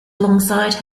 alongside